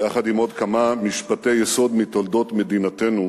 יחד עם עוד כמה משפטי יסוד מתולדות מדינתנו,